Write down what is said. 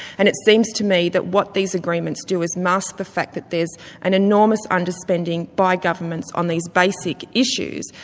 and it seems to me that what these agreements do is mask the fact that there's an enormous under-spending by governments on these basic issues.